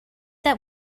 that